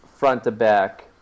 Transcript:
front-to-back